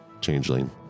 changeling